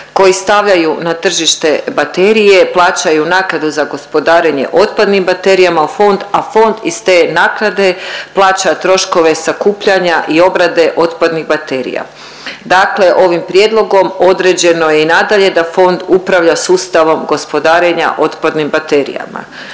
koji stavljaju na tržište baterije plaćaju naknadu za gospodarenje otpadnim baterijama u fond, a fond iz te naknade plaća troškove sakupljanja i obrade otpadnih baterija. Dakle, ovim prijedlogom određeno je i nadalje da fond upravlja sustavom gospodarenja otpadnim baterijama.